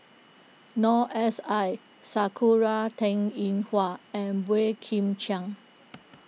Noor S I Sakura Teng Ying Hua and Boey Kim Cheng